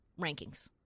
rankings